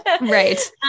right